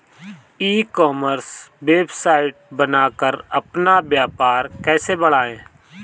ई commerce website बनाकर अपना व्यापार कैसे बढ़ाएँ?